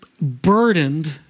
burdened